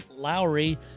Lowry